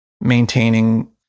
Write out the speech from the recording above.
maintaining